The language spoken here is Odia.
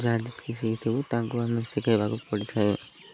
ଯାହା ଶିଖେଇଥିବୁ ତାଙ୍କୁ ଆମେ ଶିଖେଇବାକୁ ପଡ଼ିଥାଏ